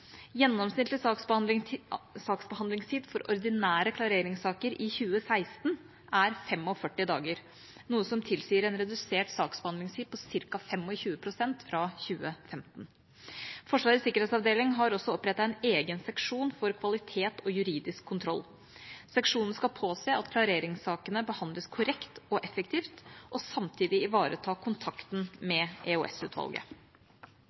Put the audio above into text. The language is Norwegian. Gjennomsnittlig saksbehandlingstid for ordinære klareringssaker i 2016 er 45 dager, noe som tilsier en redusert saksbehandlingstid på ca. 25 pst. fra 2015. Forsvarets sikkerhetsavdeling har også opprettet en egen seksjon for kvalitet og juridisk kontroll. Seksjonen skal påse at klareringssakene behandles korrekt og effektivt og samtidig ivareta kontakten